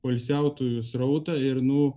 poilsiautojų srautą ir nu